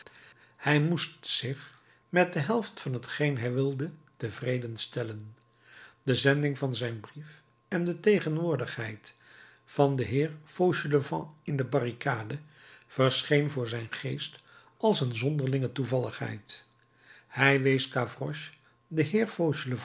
hij moest zich met de helft van t geen hij wilde tevreden stellen de zending van zijn brief en de tegenwoordigheid van den heer fauchelevent in de barricade verscheen voor zijn geest als een zonderlinge toevalligheid hij wees gavroche den